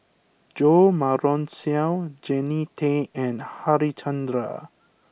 Jo Marion Seow Jannie Tay and Harichandra